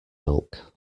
milk